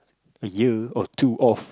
a year or two off